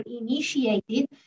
initiated